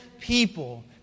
people